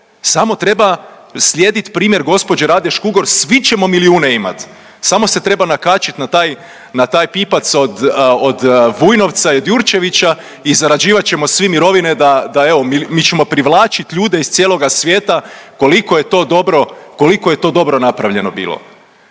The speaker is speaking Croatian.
samo treba slijedit primjer gđe. Rade Škugor, svi ćemo milijune imat, samo se treba nakačit na taj, na taj pipac od, od Vujnovca i od Jurčevića i zarađivat ćemo svi mirovine da, da evo mi, mi ćemo privlačit ljude iz cijeloga svijeta koliko je to dobro, koliko je to